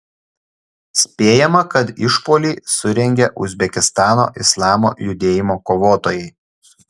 spėjama kad išpuolį surengė uzbekistano islamo judėjimo kovotojai